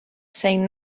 saying